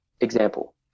Example